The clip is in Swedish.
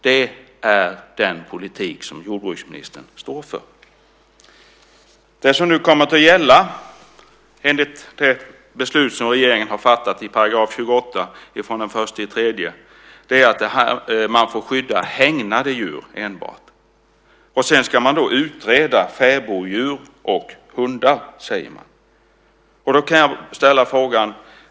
Det är den politik som jordbruksministern står för. Det som nu kommer att gälla enligt det beslut som regeringen har fattat i § 28 från den 1 mars, är att man enbart får skydda hägnade djur. Sedan ska man utreda fäboddjur och hundar, säger man. Då kan jag ställa en fråga.